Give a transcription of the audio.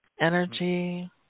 energy